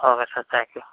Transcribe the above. okay sir thank you